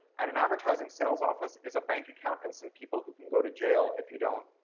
and an advertising sales office is a bank account and some people who can go to jail if you don't